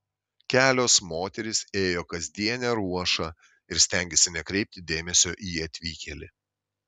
kelios moterys ėjo kasdienę ruošą ir stengėsi nekreipti dėmesio į atvykėlį